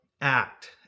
act